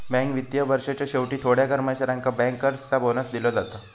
bank वित्तीय वर्षाच्या शेवटी थोड्या कर्मचाऱ्यांका बँकर्सचो बोनस दिलो जाता